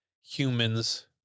humans